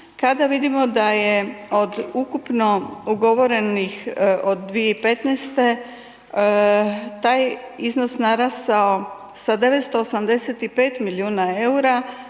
kada vidimo da je od ukupno ugovorenih od 2015. taj iznos narasao sa 985 milijuna EUR-a